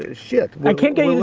ah shit i can't get